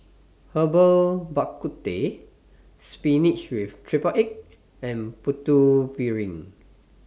Herbal Bak Ku Teh Spinach with Triple Egg and Putu Piring